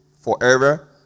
forever